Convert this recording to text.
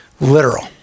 literal